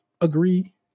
Agree